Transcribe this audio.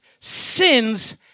sin's